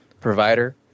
provider